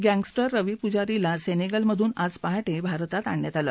gangster Ravi पुजारीला सेनेगलमधून आज पहाटे भारतात आणण्यात आलं